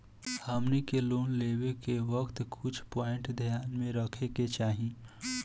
हमनी के लोन लेवे के वक्त कुछ प्वाइंट ध्यान में रखे के चाही